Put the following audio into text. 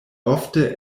ofte